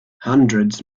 hundreds